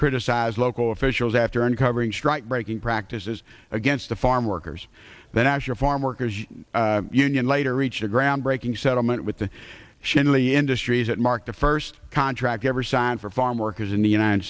criticize local officials after uncovering strike breaking practices against the farm workers the national farm workers union later reached a groundbreaking settlement with the shanley industries that marked the first contract ever signed for farm workers in the united